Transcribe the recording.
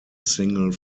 single